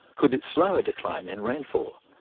could it slow a decline in rainfall?